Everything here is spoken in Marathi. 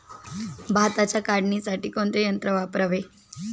भाताच्या काढणीसाठी कोणते यंत्र वापरावे?